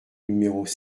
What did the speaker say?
numéros